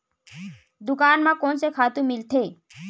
दुकान म कोन से खातु मिलथे?